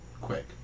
quick